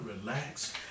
relax